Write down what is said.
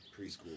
preschool